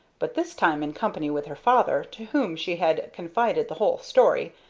but this time in company with her father, to whom she had confided the whole story,